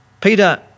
Peter